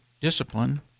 discipline